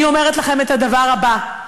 אני אומרת לכם את הדבר הבא: